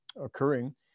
occurring